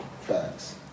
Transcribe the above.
Facts